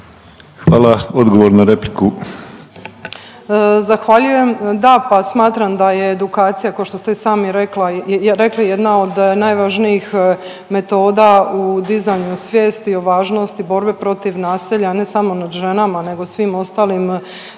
Ivana (SDP)** Zahvaljujem. Da, pa smatram da je edukacija košto ste i sami rekla, rekli jedna od najvažnijih metoda u dizanju svijesti o važnosti borbe protiv nasilja ne samo nad ženama nego svim ostalim